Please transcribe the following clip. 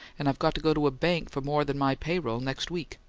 and i've got to go to a bank for more than my pay-roll next week.